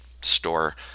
store